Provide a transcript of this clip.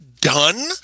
done